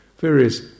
various